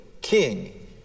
king